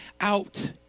out